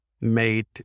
made